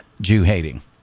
Jew-hating